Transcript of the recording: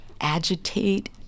agitate